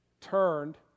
turned